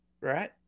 Right